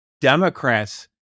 Democrats